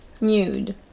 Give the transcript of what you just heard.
Nude